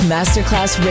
Masterclass